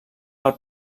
del